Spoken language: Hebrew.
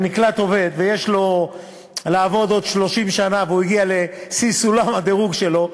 אם נקלט עובד ויש לו לעבוד עוד 30 שנה והוא הגיע לשיא הדירוג שלו,